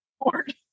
board